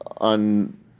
on